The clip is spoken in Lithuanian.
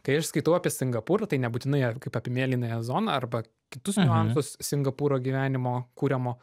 kai aš skaitau apie singapūrą tai nebūtinai a kaip apie mėlynąją zoną arba kitus niuansus singapūro gyvenimo kuriamo